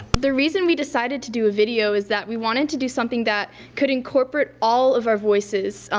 the reason we decided to do a video is that we wanted to do something that could incorporate all of our voices.